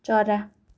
चरा